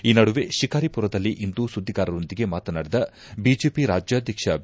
ಈ ನಡುವೆ ಶಿಕಾರಿ ಮರದಲ್ಲಿ ಇಂದು ಸುದ್ವಿಗಾರರೊಂದಿಗೆ ಮಾತನಾಡಿದ ಬಿಜೆಪಿ ರಾಜ್ಯಾಧ್ಯಕ್ಷ ಬಿ